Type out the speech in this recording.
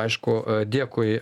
aišku dėkui